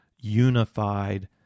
unified